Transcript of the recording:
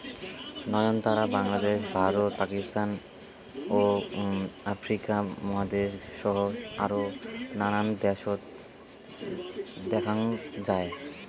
নয়নতারা বাংলাদ্যাশ, ভারত, পাকিস্তান ও আফ্রিকা মহাদ্যাশ সহ আরও নানান দ্যাশত দ্যাখ্যাং যাই